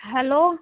hello